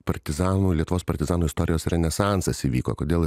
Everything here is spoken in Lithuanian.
partizanų lietuvos partizanų istorijos renesansas įvyko kodėl